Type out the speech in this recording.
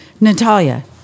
Natalia